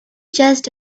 just